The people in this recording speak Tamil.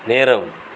நேரம்